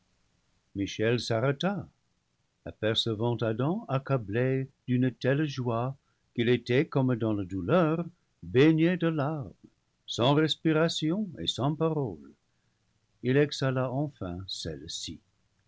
michel s'arrêta apercevant adam accablé d'une telle joie qu'il était comme dans la douleur baigné de larmes sans respiration et sans paroles il exhala enfin celles-ci